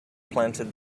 planted